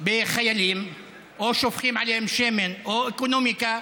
בחיילים או שופכים עליהם שמן או אקונומיקה,